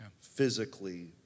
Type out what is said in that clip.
physically